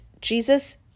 Jesus